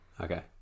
okay